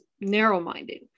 narrow-minded